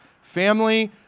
family